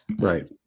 right